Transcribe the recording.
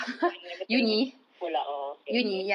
oh you never tell me sekolah oh okay okay